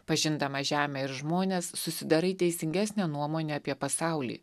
pažindama žemę ir žmones susidarai teisingesnę nuomonę apie pasaulį